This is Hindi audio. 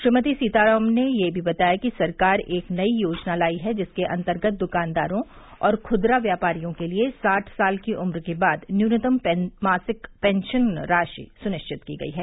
श्रीमती सीतारामन ने यह भी बताया कि सरकार एक नई योजना लाई है जिसके अंतर्गत दुकानदारों और खुदरा व्यापारियों के लिए साठ साल की उम्र के बाद न्यूनतम मासिक पेंशन राशि सुनिश्चित की गई है